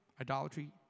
idolatry